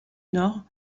nord